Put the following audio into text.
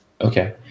Okay